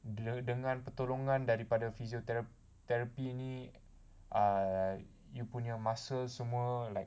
bila dengan pertolongan daripada physiotherapy ni err you punya muscles semua like